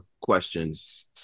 questions